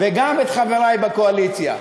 וגם את חברי בקואליציה.